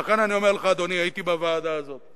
לכן אני אומר לך, אדוני, הייתי בוועדה הזאת.